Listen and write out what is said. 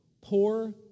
poor